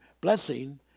blessing